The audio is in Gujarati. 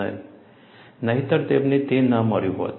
નહિતર તમને તે ન મળ્યું હોત